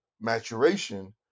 maturation